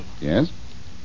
Yes